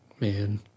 man